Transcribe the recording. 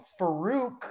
Farouk